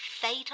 fatal